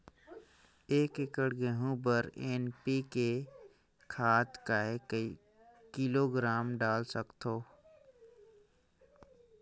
एक एकड़ गहूं बर एन.पी.के खाद काय किलोग्राम डाल सकथन?